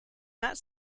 not